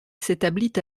s’établit